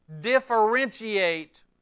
differentiate